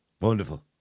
Wonderful